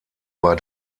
war